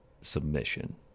submission